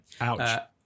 ouch